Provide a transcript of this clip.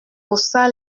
haussa